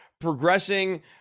progressing